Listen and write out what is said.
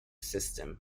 system